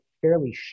fairly